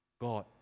god